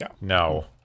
no